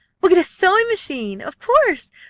we'll get a sewing-machine, of course.